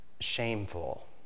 shameful